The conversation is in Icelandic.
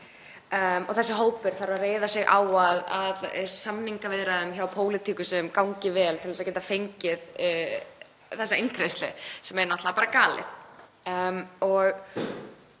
Þessi hópur þarf að reiða sig á að samningaviðræður pólitíkusa gangi vel til að geta fengið þessa eingreiðslu, sem er náttúrlega bara galið.